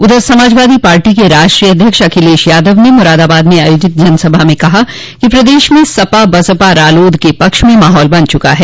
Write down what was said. उधर समाजवादी पार्टी के राष्ट्रीय अध्यक्ष अखिलेश यादव ने मुरादाबाद में आयोजित जनसभा में कहा कि प्रदेश में सपा बसपा रालोद के पक्ष में माहौल बन चुका है